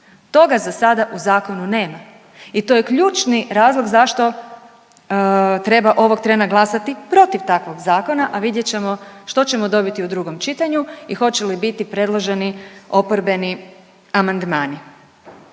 Toga za sada u zakonu nema i to je ključni razlog zašto treba ovog trena glasati protiv takvog zakona, a vidjet ćemo što ćemo dobiti u drugom čitanju i hoće li biti predloženi oporbeni amandmani.